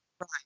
Right